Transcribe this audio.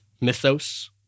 mythos